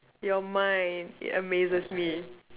your mind it amazes me